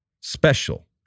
special